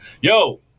Yo